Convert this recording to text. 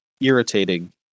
irritating